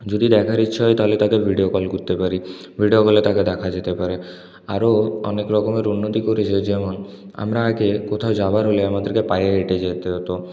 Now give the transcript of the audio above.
যদি দেখার ইচ্ছা হয় তাহলে তাকে ভিডিও কল করতে পারি ভিডিও কলে তাকে দেখা যেতে পারে আরও অনেক রকমের উন্নতি ঘটেছে যেমন আমরা আগে কোথাও যাওয়ার হলে আমাদেরকে পায়ে হেঁটে যেতে হতো